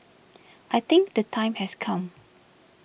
I think the time has come